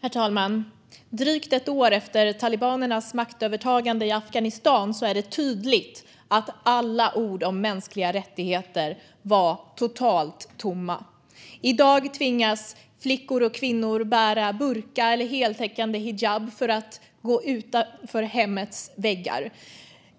Herr talman! Drygt ett år efter talibanernas maktövertagande i Afghanistan är det tydligt att alla ord om mänskliga rättigheter var totalt tomma. I dag tvingas flickor och kvinnor att bära burka eller heltäckande hijab utanför hemmets väggar.